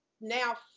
Now